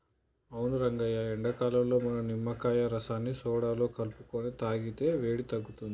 అవును రంగయ్య ఎండాకాలంలో మనం నిమ్మకాయ రసాన్ని సోడాలో కలుపుకొని తాగితే వేడి తగ్గుతుంది